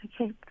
Okay